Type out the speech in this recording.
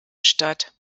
stadt